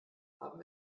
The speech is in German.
haben